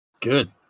Good